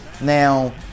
Now